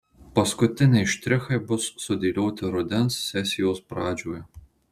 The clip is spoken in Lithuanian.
paskutiniai štrichai bus sudėlioti rudens sesijos pradžioje